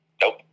Nope